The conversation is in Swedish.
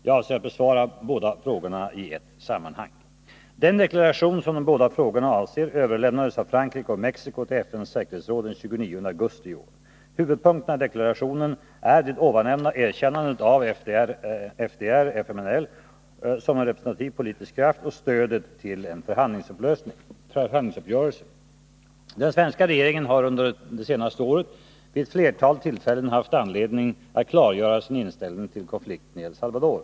Jag avser att besvara båda frågorna i ett sammanhang. Den deklaration som de båda frågorna avser överlämnades av Frankrike och Mexico till FN:s säkerhetsråd den 29 augusti i år. Huvudpunkterna i deklarationen är det nämnda erkännandet av FDR/FMNL som en representativ politisk kraft och stödet till en förhandlingslösning. Den svenska regeringen har under det senaste året vid flera tillfällen haft anledning att klargöra sin inställning till konflikten i El Salvador.